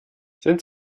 sind